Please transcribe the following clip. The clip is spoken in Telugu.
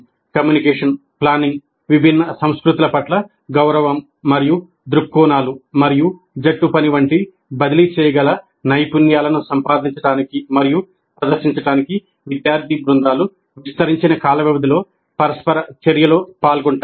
కమ్యూనికేషన్ ప్లానింగ్ విభిన్న సంస్కృతుల పట్ల గౌరవం మరియు దృక్కోణాలు మరియు జట్టు పని వంటి బదిలీ చేయగల నైపుణ్యాలను సంపాదించడానికి మరియు ప్రదర్శించడానికి విద్యార్థి బృందాలు విస్తరించిన కాల వ్యవధిలో పరస్పర చర్యలో పాల్గొంటాయి